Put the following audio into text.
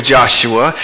Joshua